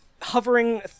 hovering